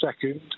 second